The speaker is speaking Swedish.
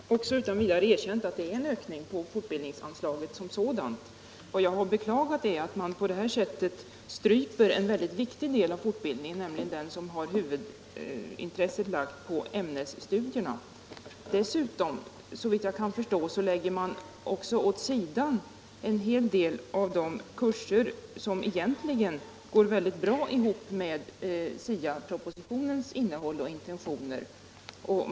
Herr talman! Jag har också utan vidare erkänt att det sker en ökning av fortbildningsanslaget som sådant. Vad jag har beklagat är att man på det här sättet stryper en mycket viktig del av fortbildningen, nämligen den som har huvudintresset lagt på ämnesstudierna. Dessutom lägger man, såvitt jag kan förstå, åt sidan en helt del traditionella fortbildningskurser som egentligen går mycket bra ihop med STA propositionens innehåll och intentioner.